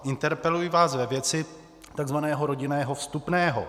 Interpeluji vás ve věci takzvaného rodinného vstupného.